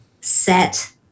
set